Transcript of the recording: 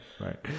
Right